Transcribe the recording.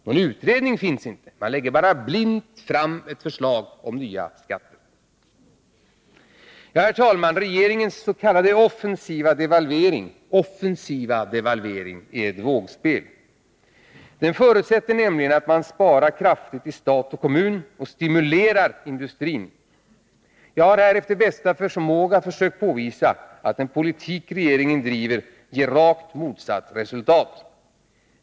Någon utredning finns inte. Man lägger bara blint fram ett förslag om nya skatter. Herr talman! Regeringens ”offensiva” devalvering är ett vågspel. Den förutsätter nämligen att man sparar kraftigt i stat och kommun och stimulerar industrin. Jag har här efter bästa förmåga försökt påvisa att den politik regeringen driver ger rakt motsatt resultat.